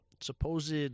supposed